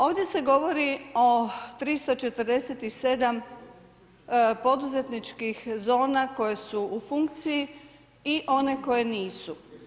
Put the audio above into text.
Ovdje se govori o 347 poduzetničkih zona koje su u funkciji i one koje nisu.